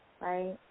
right